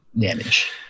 damage